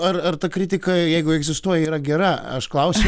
ar ar ta kritika jeigu egzistuoja yra gera aš klausiu